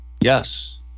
Yes